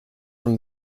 from